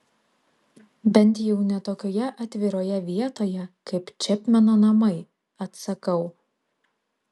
bent jau ne tokioje atviroje vietoje kaip čepmeno namai atsakau